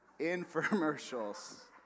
infomercials